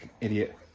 Idiot